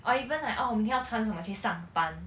or even like orh 我明天要穿什么去上班